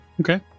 Okay